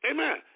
Amen